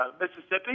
Mississippi